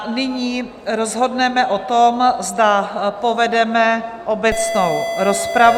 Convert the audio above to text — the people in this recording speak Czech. Nyní rozhodneme o tom, zda povedeme obecnou rozpravu.